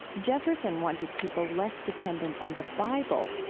jefferson wanted people less dependant on the bible.